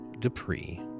Dupree